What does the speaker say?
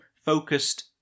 focused